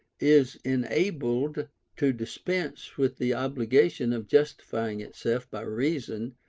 is enabled to dispense with the obligation of justifying itself by reason,